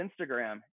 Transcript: Instagram